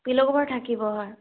pill' cover থাকিব হয়